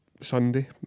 Sunday